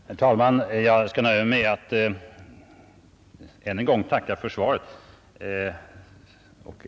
Herr talman! Jag skall nöja mig med att än en gång tacka för svaret.